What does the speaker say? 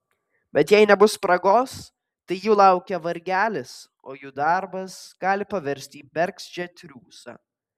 bet jei nebus spragos tai jų laukia vargelis o jų darbas gali pavirsti į bergždžią triūsą